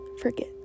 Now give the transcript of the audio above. forget